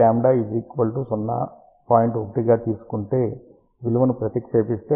1 గా తీసుకుంటే విలువను ప్రతిక్షేపిస్తే